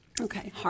Okay